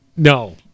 No